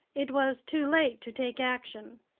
it was too late to take action.